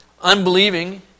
unbelieving